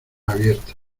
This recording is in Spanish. abiertas